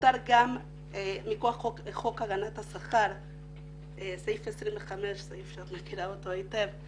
מותר גם מכוח חוק הגנת השכר סעיף 25,סעיף שאת מכירה אותו היטב,